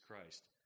Christ